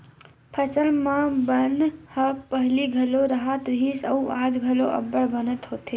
फसल म बन ह पहिली घलो राहत रिहिस अउ आज घलो अब्बड़ बन होथे